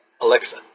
Alexa